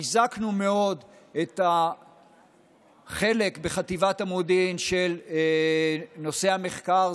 חיזקנו מאוד את החלק בחטיבת המודיעין של נושא המחקר.